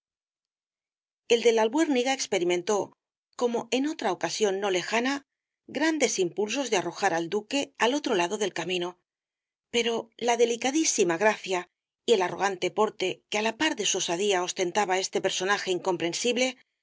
el de la albuérniga experimentó como en otra ocasión no lejana grandes impulsos de arrojar al duque al otro lado del camino pero la delicadísima gracia y el arrogante porte que á la par de su osadía ostentaba este personaje incomprensible